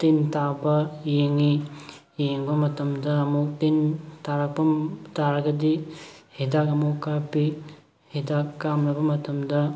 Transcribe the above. ꯇꯤꯟ ꯇꯥꯕ ꯌꯦꯡꯉꯤ ꯌꯦꯡꯕ ꯃꯇꯝꯗ ꯑꯃꯨꯛ ꯇꯤꯟ ꯇꯥꯔꯛꯄ ꯇꯥꯔꯒꯗꯤ ꯍꯤꯗꯥꯛ ꯑꯃꯨꯛ ꯀꯥꯞꯄꯤ ꯍꯤꯗꯥꯛ ꯀꯥꯞꯅꯕ ꯃꯇꯝꯗ